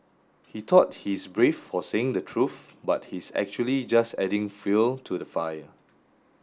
he thought he's brave for saying the truth but he's actually just adding fuel to the fire